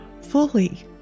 fully